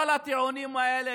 כל הטיעונים האלה,